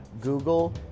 Google